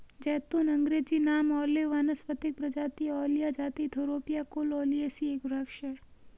ज़ैतून अँग्रेजी नाम ओलिव वानस्पतिक प्रजाति ओलिया जाति थूरोपिया कुल ओलियेसी एक वृक्ष है